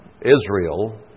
Israel